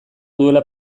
duela